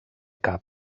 cap